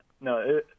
no